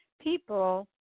people